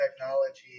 technology